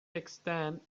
extant